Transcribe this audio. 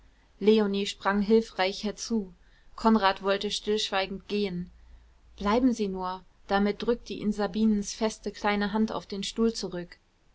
leonie sprang hilfreich herzu konrad wollte stillschweigend gehen bleiben sie nur damit drückte ihn sabinens kleine feste hand auf den stuhl zurück